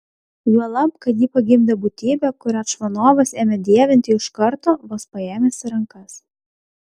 juolab kad ji pagimdė būtybę kurią čvanovas ėmė dievinti iš karto vos paėmęs į rankas